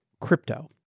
crypto